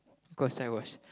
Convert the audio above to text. cause I was